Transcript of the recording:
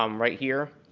um right here.